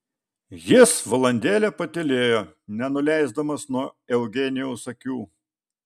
jis valandėlę patylėjo nenuleisdamas nuo eugenijaus akių